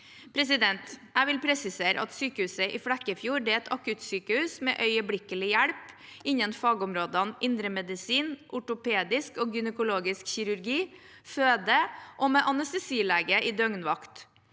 forlenges. Jeg vil presisere at sykehuset i Flekkefjord er et akuttsykehus med øyeblikkelig hjelp innen fagområdene indremedisin, ortopedisk og gynekologisk kirurgi og føde, og med anestesilege i døgnvakt.